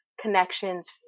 connections